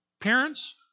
Parents